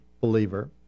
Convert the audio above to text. believer